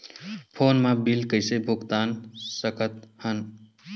Phone मा bill कइसे भुक्तान साकत हन?